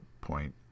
point